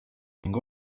ning